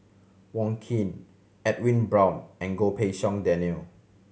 Wong Keen Edwin Brown and Goh Pei Siong Daniel